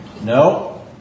No